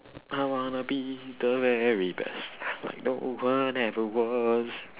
I wanna be the very best like no one ever was